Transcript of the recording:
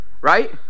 Right